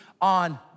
on